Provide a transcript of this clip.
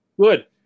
Good